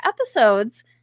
episodes